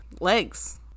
legs